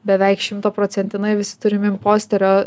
beveik šimtaprocentinai visi turim imposterio